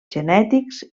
genètics